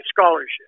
scholarship